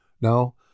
Now